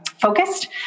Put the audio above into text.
focused